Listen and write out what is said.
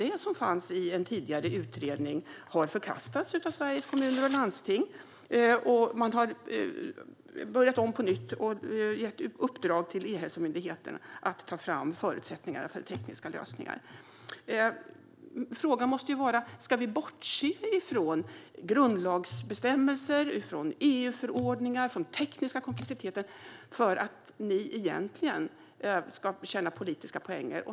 Det som fanns i en tidigare utredning har förkastats av Sveriges Kommuner och Landsting. Regeringen har därför börjat om på nytt och gett E-hälsomyndigheten i uppdrag att ta fram förutsättningar för tekniska lösningar. Ska vi bortse från grundlagsbestämmelser, EU-förordningar och tekniska komplexiteter bara för att ni ska tjäna en politisk poäng?